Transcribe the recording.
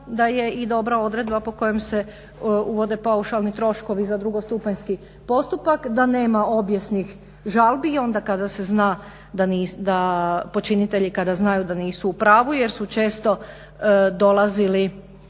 da je i dobra odredba po kojem se uvode paušalni troškovi za drugostupanjski postupak, da nema obijesnih žalbi i onda kada se zna da počinitelji kada znaju da nisu u pravu jer su često dolazili,